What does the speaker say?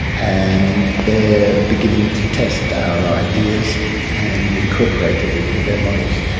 and they are beginning to test our ideas and incorporate it into their models.